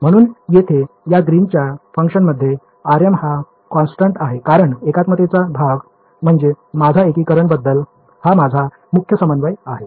म्हणून येथे या ग्रीनच्या फंक्शनमध्ये rm हा कॉन्स्टन्ट आहे कारण एकात्मतेचा भाग म्हणजे माझा एकीकरण बदल हा माझा मुख्य समन्वय आहे